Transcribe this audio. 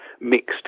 mixed